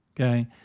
okay